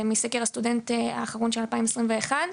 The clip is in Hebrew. אלו נתונים מסקר הסטודנט האחרון שנערך בשנת 2021,